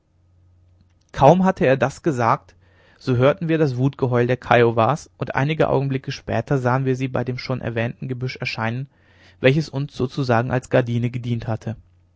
kaum hatte er das gesagt so hörten wir das wutgeheul der kiowas und einige augenblicke später sahen wir sie bei dem schon erwähnten gebüsch erscheinen welches uns sozusagen als gardine gedient hatte